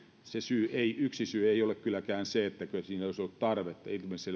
yksi syy ei kylläkään ole se etteikö siihen olisi ollut tarvetta ilmiselvää